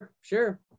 Sure